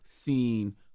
seen